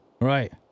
Right